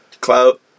Clout